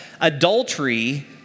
adultery